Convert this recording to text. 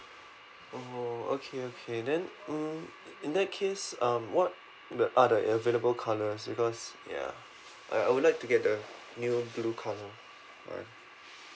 oh okay okay then mm in that case um what the are the available colours because ya I I would like to get the new blue colour uh